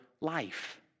life